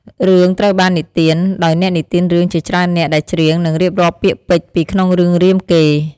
រឿងត្រូវបាននិទាន ដោយអ្នកនិទានរឿងជាច្រើននាក់ដែលច្រៀង និងរៀបរាប់ពាក្យពេចន៍ពីក្នុងរឿងរាមកេរ្តិ៍។